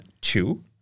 two